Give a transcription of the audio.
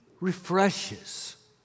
refreshes